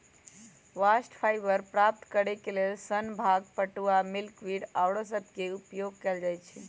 bast fibre प्राप्त करेके लेल सन, भांग, पटूआ, मिल्कवीड आउरो सभके उपयोग कएल जाइ छइ